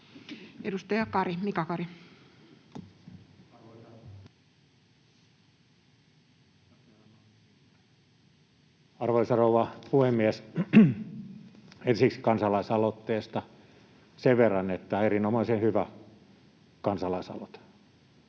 Time: 20:26 Content: Arvoisa rouva puhemies! Ensiksi kansalaisaloitteesta sen verran, että erinomaisen hyvä kansalaisaloite